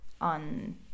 on